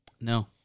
No